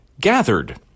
Gathered